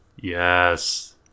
Yes